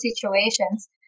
situations